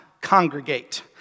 congregate